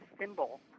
symbol